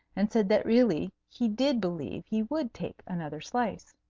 and said that really he did believe he would take another slice.